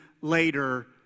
later